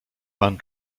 pan